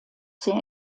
sehr